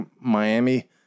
Miami